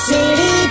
City